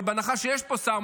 אבל בהנחה שיש פה שר,